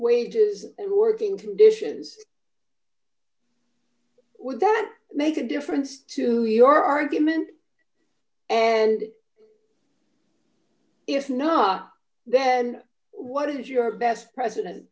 wages working conditions would then make a difference to your argument and if not then what is your best president